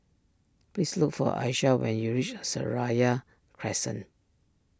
please look for Alysha when you reach Seraya Crescent